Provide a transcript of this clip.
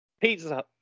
Pizza